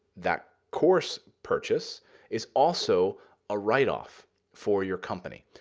that course purchase is also a write-off for your company.